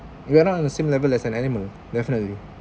we're not on the same level as an animal definitely